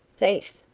thief!